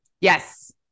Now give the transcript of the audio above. Yes